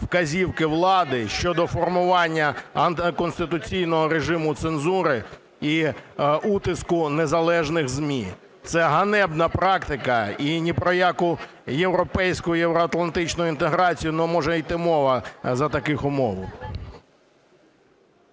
вказівки влади щодо формування антиконституційного режиму цензури і утиску незалежних ЗМІ. Це ганебна практика і ні про яку європейську і євроатлантичну інтеграцію не може іти мова за таких умов.